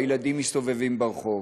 הילדים מסתובבים ברחוב.